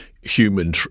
human